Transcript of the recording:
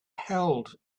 held